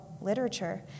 literature